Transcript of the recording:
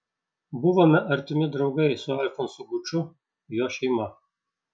buvome artimi draugai su alfonsu guču jo šeima